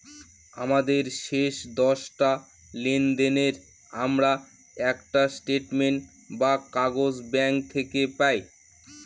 আমাদের শেষ দশটা লেনদেনের আমরা একটা স্টেটমেন্ট বা কাগজ ব্যাঙ্ক থেকে পেতে পাই